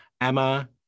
Emma